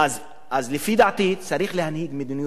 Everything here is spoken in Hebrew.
אז לפי דעתי צריך להנהיג מדיניות חדשה,